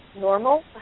normal